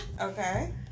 Okay